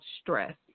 stress